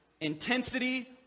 intensity